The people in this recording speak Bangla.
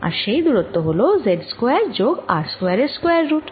আর সেই দূরত্ব হল z স্কয়ার যোগ r স্কয়ার এর স্কয়ার রুট